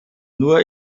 nur